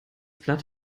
blatt